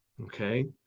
okay.